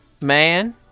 Man